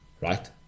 right